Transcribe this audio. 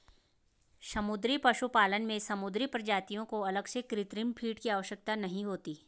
समुद्री पशुपालन में समुद्री प्रजातियों को अलग से कृत्रिम फ़ीड की आवश्यकता नहीं होती